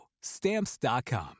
Stamps.com